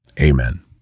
Amen